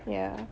ya